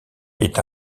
est